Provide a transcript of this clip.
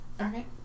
Okay